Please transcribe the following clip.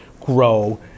grow